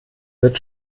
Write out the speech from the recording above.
wird